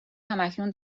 هماکنون